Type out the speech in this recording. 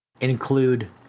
include